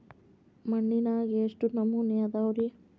ಮಣ್ಣಿನಾಗ ಎಷ್ಟು ನಮೂನೆ ಅದಾವ ರಿ?